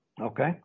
okay